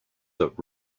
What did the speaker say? that